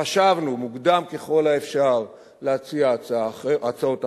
חשבנו מוקדם ככל האפשר להציע הצעות אחרות,